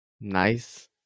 nice